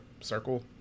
circle